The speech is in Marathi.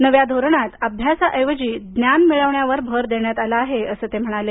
नव्या धोरणात अभ्यासाऐवजी ज्ञान मिळवण्यावर भर देण्यात आला आहे असं ते म्हणाले